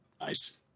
Nice